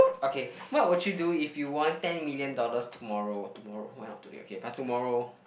okay what would you do if you won ten million dollars tomorrow tomorrow why not today okay but tomorrow